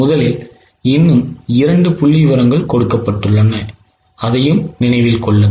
முதலில் இன்னும் இரண்டு புள்ளிவிவரங்கள் கொடுக்கப்பட்டுள்ளன என்பதை நினைவில் கொள்ளுங்கள்